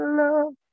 love